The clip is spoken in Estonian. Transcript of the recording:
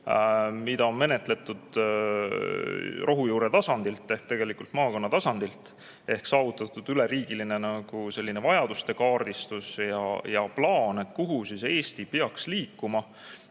mida on menetletud rohujuure tasandilt ehk tegelikult maakonna tasandilt ning [koostatud] üleriigiline vajaduste kaardistus ja plaan, kuhu Eesti peaks liikuma